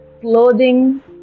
clothing